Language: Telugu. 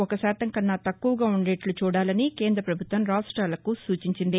ఒక శాతం కన్నా తక్కువగా ఉండేటట్లు చూడాలని కేంద్ర ప్రభుత్వం రాష్ట్రాలకు సూచించింది